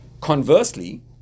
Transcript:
Conversely